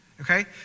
Okay